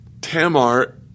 tamar